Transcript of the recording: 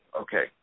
okay